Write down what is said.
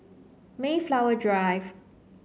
Mayflower Drive